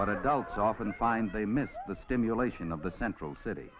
but adults often find they miss the stimulation of the central city